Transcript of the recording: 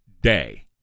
day